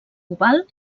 oval